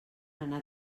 anar